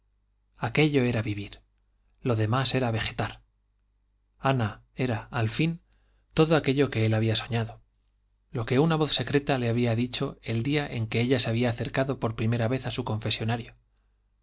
aquello era vivir lo demás era vegetar ana era al fin todo aquello que él había soñado lo que una voz secreta le había dicho el día en que ella se había acercado por primera vez a su confesonario